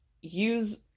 use